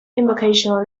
invocation